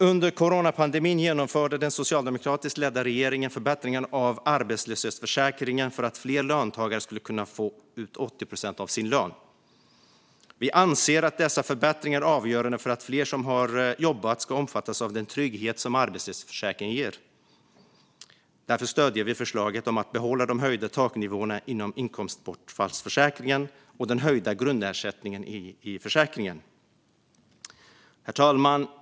Under coronapandemin genomförde den socialdemokratiskt ledda regeringen förbättringar av arbetslöshetsförsäkringen för att fler löntagare skulle kunna få ut 80 procent av sin lön. Vi anser att dessa förbättringar är avgörande för att fler som har jobbat ska omfattas av den trygghet som arbetslöshetsförsäkringen ger. Därför stöder vi förslaget om att behålla de höjda taknivåerna inom inkomstbortfallsförsäkringen och den höjda grundersättningen i försäkringen. Herr talman!